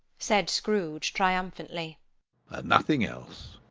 said scrooge, triumphantly, and nothing else!